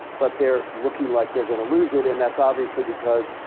but they're looking like they're gonna lose it. and that's obviously because,